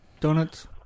donuts